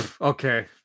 Okay